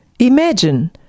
Imagine